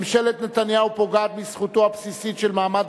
ממשלת נתניהו פוגעת בזכותו הבסיסית של מעמד